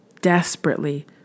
desperately